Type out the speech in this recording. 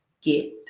get